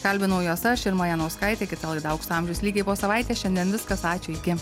kalbinau juos aš irma janauskaitė kita laida aukso amžius lygiai po savaitės šiandien viskas ačiū iki